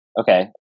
Okay